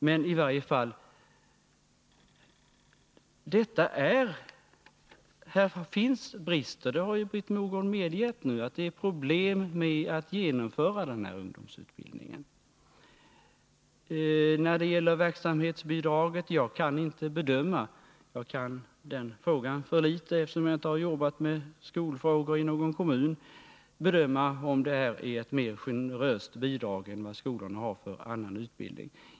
Britt Mogård har nu medgett att det här finns brister och att det är problem med att genomföra denna ungdomsutbildning. Frågan om verksamhetsbidraget kan jag inte bedöma — jag kan för litet om den, eftersom jag inte har jobbat med skolfrågor i någon kommun. Jag kan därför inte bedöma om bidraget är mer generöst än de bidrag som skolorna får för annan utbildning.